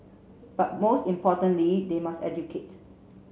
but most importantly they must educate